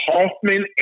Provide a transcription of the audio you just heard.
Hoffman